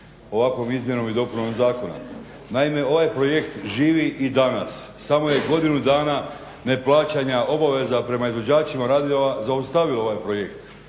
ovakvom izmjenom i dopunom zakona. naime, ovaj projekt živi i danas samo je godinu dana neplaćanja obaveza prema izvođačima radova zaustavilo ovaj projekt.